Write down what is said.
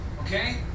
Okay